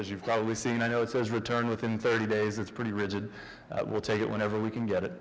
as you've probably seen i know it says return within thirty days it's pretty rigid i will take it whenever we can get it